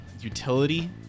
utility